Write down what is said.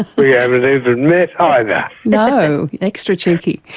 we haven't even met either. no. extra cheeky!